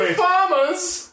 farmers-